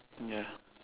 ya